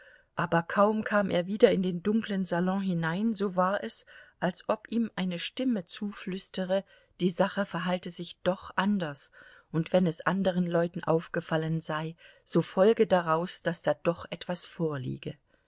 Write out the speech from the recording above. aber kaum kam er wieder in den dunklen salon hinein so war es als ob ihm eine stimme zuflüstere die sache verhalte sich doch anders und wenn es anderen leuten aufgefallen sei so folge daraus daß da doch etwas vorliege